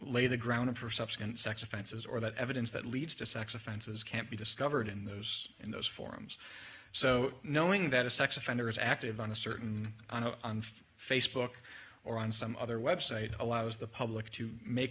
lay the ground for subsequent sex offenses or that evidence that leads to sex offenses can't be discovered in those in those forms so knowing that a sex offender is active on a certain facebook or on some other website allows the public to make